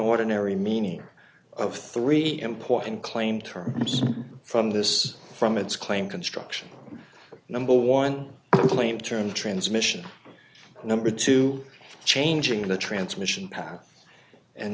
ordinary meaning of three important claim terms from this from its claim construction number one claim turn transmission number two changing the transmission